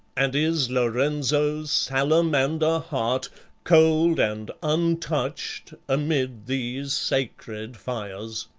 and is lorenzo's salamander-heart cold and untouched amid these sacred fires?